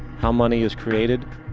how money is created,